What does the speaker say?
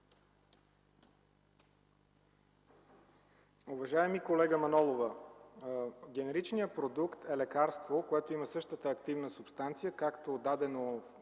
Уважаема колега Манолова, генеричният продукт е лекарство, което има същата активна субстанция както дадено